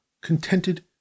contented